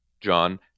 John